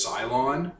Cylon